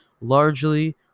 largely